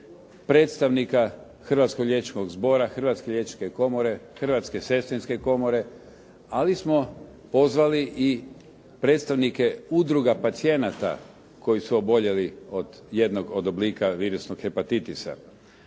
predstavnika Hrvatskog liječničkog zbora, Hrvatske liječničke komore, Hrvatske sestrinske komore ali smo pozvali i predstavnike udruga pacijenata koji su oboljeli od jednog od oblika virusnog hepatitisa.